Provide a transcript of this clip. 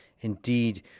indeed